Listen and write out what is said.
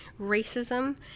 racism